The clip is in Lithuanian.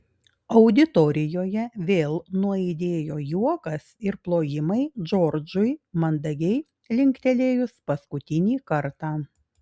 auditorijoje vėl nuaidėjo juokas ir plojimai džordžui mandagiai linktelėjus paskutinį kartą